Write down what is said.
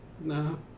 No